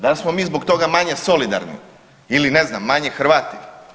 Da li smo mi zbog toga manje solidarni ili ne znam manje Hrvati?